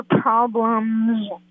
problems